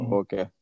okay